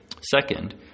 Second